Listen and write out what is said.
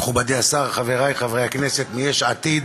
מכובדי השר, חברי חברי הכנסת מיש עתיד,